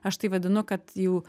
aš tai vadinu kad jų